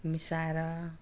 मिसाएर